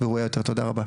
תודה רבה.